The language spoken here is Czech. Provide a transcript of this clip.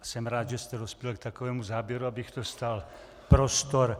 Jsem rád, že jste dospěl k takovému závěru, abych dostal prostor.